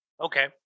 Okay